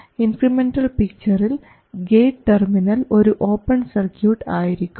incremental പിക്ചറിൽ gate terminal ഒരു open circuit ആയിരിക്കും